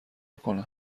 کنم